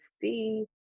see